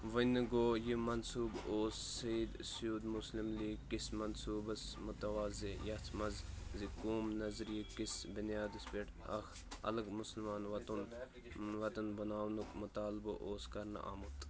وۄنہِ گوٚو یہِ منصوٗبہٕ اوس سیوٚد مُسلِم لیٖگ کِس منصوٗبس مُتوٲضی یَتھ منٛز زٕقومی نظریہ کِس بُنیادس پیٚٹھ اَکھ اَلگ مُسلمان وطُن وطن بناونُک مُطالبہٕ اوس کرنہٕ آمُت